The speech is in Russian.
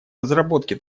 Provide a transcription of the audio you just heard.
разработки